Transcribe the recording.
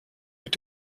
mit